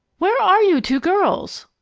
where are you two girls?